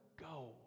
go